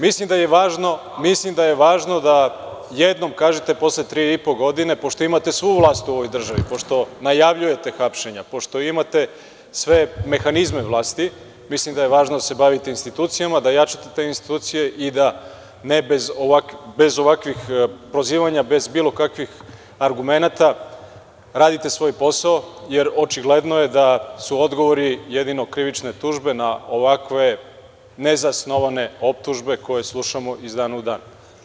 Mislim da je važno da jednom kažete, posle tri i po godine, pošto imate svu vlast u ovoj državi, pošto najavljujete hapšenja, pošto imate sve mehanizme vlasti, mislim da je važno da se bavite institucijama, da jačate te institucije i da bez ovakvih prozivanja, bez bilo kakvih argumenata radite svoj posao, jer očigledno je da su odgovori jedino krivične tužbe na ovakve nezasnovane optužbe koje slušamo iz dana u dan.